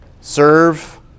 Serve